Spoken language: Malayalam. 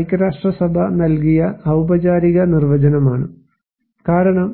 ഇത് ഐക്യരാഷ്ട്രസഭ നൽകിയ ഔപചാരിക നിർവചനമാണ് കാരണം